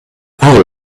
all